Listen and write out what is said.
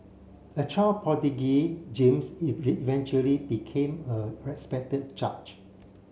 a child prodigy James eventually became a respected judge